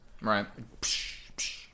Right